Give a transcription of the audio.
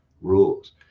rules